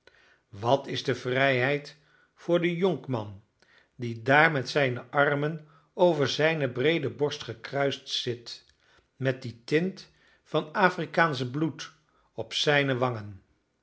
wat is de vrijheid voor den jonkman die daar met zijne armen over zijne breede borst gekruist zit met die tint van afrikaansch bloed op zijne wangen